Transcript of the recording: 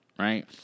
Right